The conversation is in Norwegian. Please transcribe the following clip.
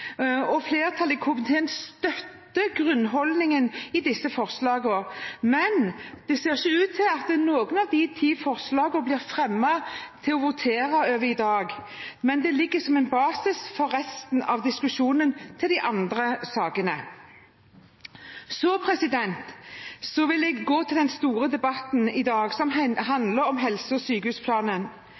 og flertallet i komiteen støtter grunnholdningen i disse forslagene. Det ser ikke ut til at noen av de ti forslagene blir fremmet til å voteres over i dag, men det ligger som en basis for resten av diskusjonen til de andre sakene. Så vil jeg gå til den store debatten i dag, som handler om helse- og sykehusplanen.